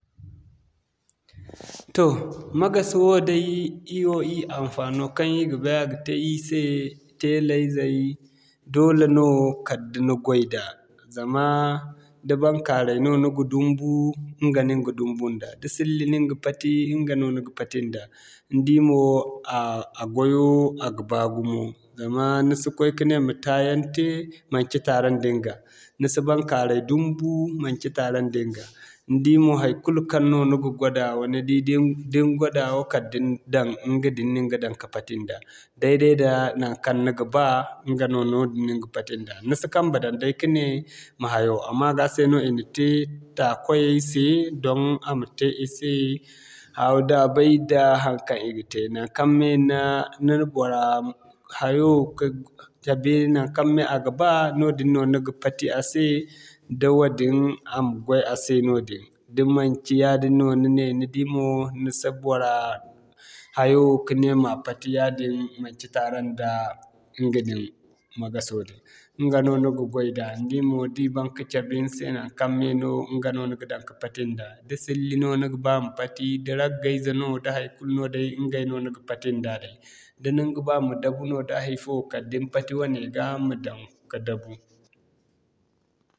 Toh magas woo day, ir wo ir hinfaano naŋ ir ga bay a ga te ir se, teela izey, doole no kala da ni goy day. Zama, da baŋkaaray no ni ga dumbu, ɲga no ni ga dumbu nda da silli no ni ga pati ɲga no ni ga pati nda ni di mo a gwayo a ga baa gumo. Zama ni si koy ka ne ma taa yaŋ te manci tare da ɲga, ni si baŋkaaray dumbu, manci tare da ɲga. Ni di mo haikulu kaŋ no ni ga gwadawa ni di da ni gwadawa kala da ni daŋ ɲga din no ni ga daŋ ka pati nda dai-dai da naŋkaŋ ni ga ba ɲga no noodin no ni ga pati nda. Ni si kambe daŋ day kane ma hayo a ma ga se no i na te, taa kwayay se don a ma te i se haawu-daabay da haŋkaŋ i ga te naŋkaŋ mey ni na bora hayo ka cabe naŋkaŋ mey a ga baa, noodin no ni ga pati a se da wadin a ma goy a se noodin. Da manci yaadin no ni ne ni di mo, ni si bora hayo kane ma pati yaadin, manci tare nda ɲga din magaso din. Ɲga no ni ga goy da ni di mo da i ban ka cabe ni se naŋkaŋ mey no ni ga daŋ ka pati nda. Da sillo no ni ga ba ma pati, da ragga ize no da haikulu no day, ɲgay no ni ga pati nda day da ni ga ba ma dabu no da hay'fo kala da ni pati wane ga ma daŋ ka dabu.